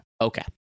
Okay